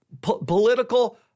political